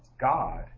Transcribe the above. God